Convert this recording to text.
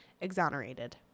exonerated